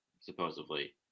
supposedly